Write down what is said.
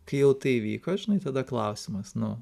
kai jau tai įvyko žinai tada klausimas nu